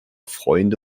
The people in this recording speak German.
freunde